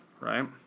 right